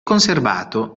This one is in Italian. conservato